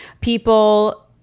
people